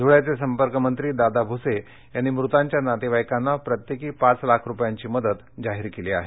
धुळ्याचे संपर्क मंत्री दादा भूसे यांनी मृतांच्या नातेवाईकांना प्रत्येकी पाच लाख रुपयांची मदत जाहीर केली आहे